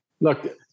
Look